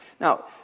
Now